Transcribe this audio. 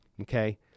okay